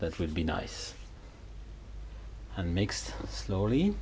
that would be nice and makes slowly